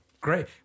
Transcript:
Great